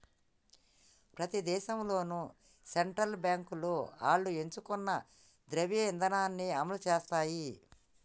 ప్రతి దేశంలోనూ సెంట్రల్ బాంకులు ఆళ్లు ఎంచుకున్న ద్రవ్య ఇదానాన్ని అమలుసేత్తాయి